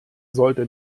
sollte